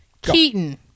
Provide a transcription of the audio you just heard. Keaton